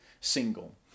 single